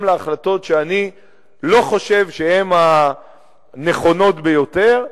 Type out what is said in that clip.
להחלטות שאני לא חושב שהן הנכונות ביותר,